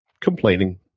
complaining